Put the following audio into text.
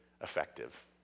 effective